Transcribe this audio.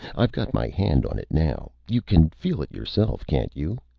i've got my hand on it now. you can feel it yourself, can't you?